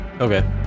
Okay